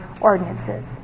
ordinances